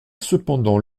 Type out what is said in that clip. cependant